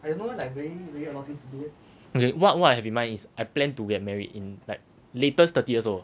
okay what what I have in mind is I plan to get married in like latest thirty years old